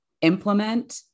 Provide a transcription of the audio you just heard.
implement